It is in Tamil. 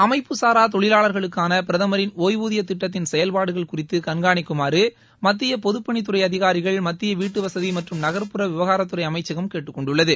அமைப்புசாரா தொழிலாளர்களுக்கான பிரதமரின் ஓய்வூதிய திட்டத்தின் செயல்பாடுகள் குறித்து கண்காணிக்குமாறு மத்திய பொதுப்பணித்துறை அதிகாரிகள் மத்திய வீட்டுவசதி மற்றும் நகா்புற விவகாரத்துறை அமைச்சகம் கேட்டுக்கொண்டுள்ளது